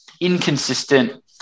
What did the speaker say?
inconsistent